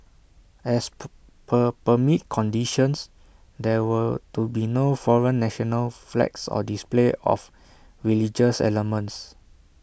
as per permit conditions there were to be no foreign national flags or display of religious elements